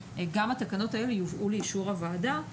וגם התקנות האלו יובאו לאישור הוועדה.